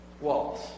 walls